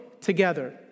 together